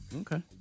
Okay